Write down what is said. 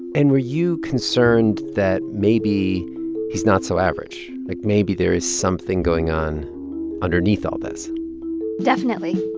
and were you concerned that maybe he's not so average? like, maybe there's something going on underneath all this definitely